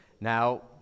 Now